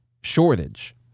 shortage